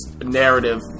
narrative